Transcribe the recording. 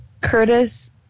Curtis